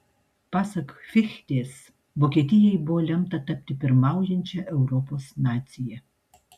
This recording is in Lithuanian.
pasak fichtės vokietijai buvo lemta tapti pirmaujančia europos nacija